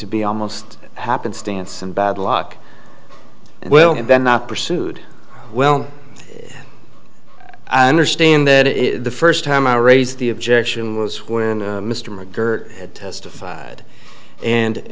to be almost happenstance and bad luck well then not pursued well i understand that it is the first time i raise the objection was when mr mcgurk had testified and